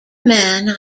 man